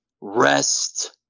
rest